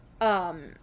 um-